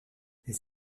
les